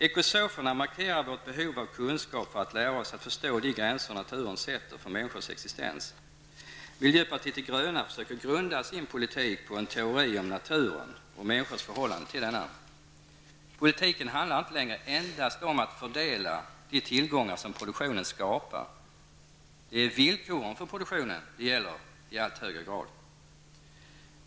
Ekosoferna markerar vårt behov av kunskap för att lära oss att förstå de gränser naturen sätter för människors existens. Miljöpartiet de gröna försöker grunda sin politik på en teori om naturen och människors förhållanden till denna. Politiken handlar inte längre endast om att fördela de tillgångar som produktionen skapar. Det är villkoren för produktionen det gäller i allt högre grad.